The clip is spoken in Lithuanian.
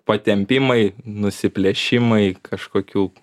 patempimai nusiplėšimai kažkokių